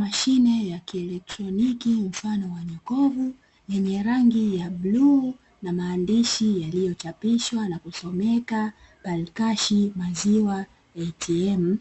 Mashine ya kielektroniki mfano wa jokofu yenye rangi ya bluu na maandishi yaliyochapishwa na kusomeka "PARKSASH" maziwa “ATM”.